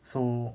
so